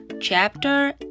Chapter